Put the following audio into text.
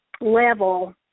level